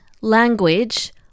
language